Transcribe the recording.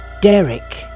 Derek